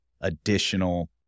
additional